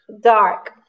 Dark